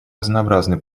разнообразны